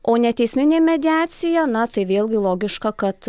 o neteisminė mediacija na tai vėlgi logiška kad